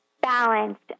balanced